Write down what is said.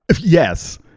Yes